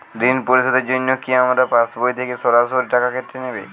ঋণ পরিশোধের জন্য কি আমার পাশবই থেকে সরাসরি টাকা কেটে নেবে?